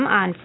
on